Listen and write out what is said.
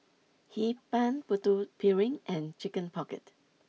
Hee Pan Putu Piring and Chicken Pocket